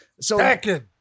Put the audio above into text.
Second